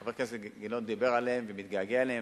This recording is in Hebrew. חבר הכנסת גילאון דיבר עליהם ומתגעגע אליהם,